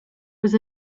was